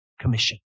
commission